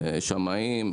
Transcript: שמאים,